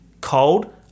Cold